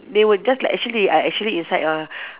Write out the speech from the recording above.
they would just like actually uh actually inside uh